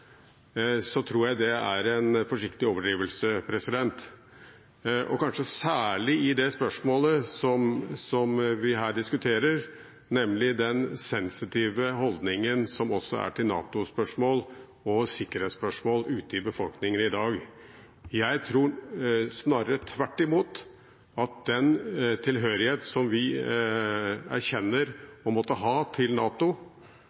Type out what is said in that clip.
tror jeg det er en forsiktig overdrivelse. Kanskje særlig er det det i det spørsmålet som vi her diskuterer, nemlig den sensitive holdningen som også er til NATO-spørsmål og sikkerhetsspørsmål ute i befolkningen i dag. Jeg tror snarere tvert imot at den tilhørighet som vi erkjenner å måtte ha til NATO